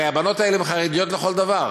הרי הבנות האלה הן חרדיות לכל דבר,